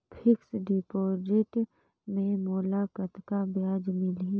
Fixed deposit मे मोला कतका ब्याज मिलही?